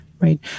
Right